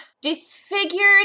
disfigured